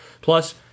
Plus